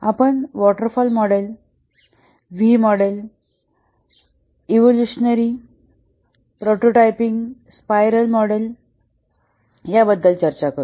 आपण waterfall V model evolutionary prototyping स्पाइरलं model याबद्दल चर्चा करू